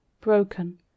broken